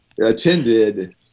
attended